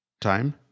time